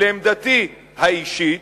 לעמדתי האישית,